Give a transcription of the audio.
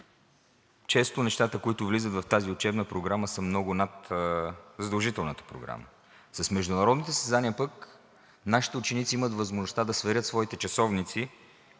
Често нещата, които влизат в тази учебна програма, са много над задължителната програма. С международните състезания пък нашите ученици имат възможността да сверят своите часовници